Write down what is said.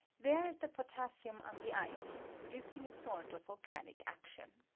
there is the potassium on the icej producing a sort of vol canic action.